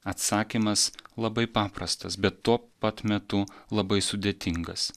atsakymas labai paprastas bet tuo pat metu labai sudėtingas